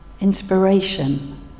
Inspiration